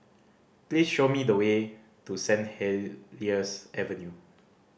please show me the way to Saint Helier's Avenue